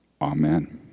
Amen